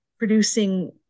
producing